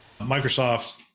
Microsoft